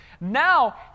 Now